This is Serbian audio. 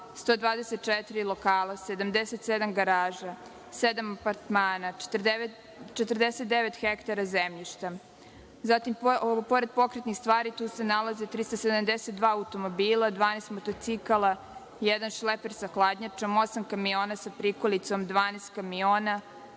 124 lokala, 77 garaža, sedam apartmana, 49 hektara zemljišta. Zatim, pored pokretnih stvari, tu se nalaze 372 automobila, 12 motocikala, jedan šleper sa hladnjačom, osam kamiona sa prikolicom, 12 kamiona,